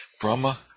Brahma